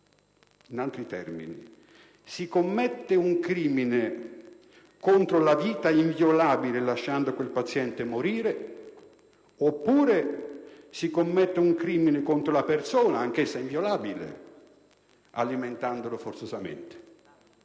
In altri termini: si commette un crimine contro la vita, inviolabile, lasciando morire il paziente oppure si commette un crimine contro la persona, anch'essa inviolabile, alimentandolo forzosamente?